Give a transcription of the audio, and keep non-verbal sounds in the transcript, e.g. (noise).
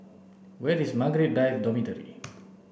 where is Margaret Drive Dormitory (noise)